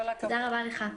תודה רבה לך.